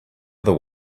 other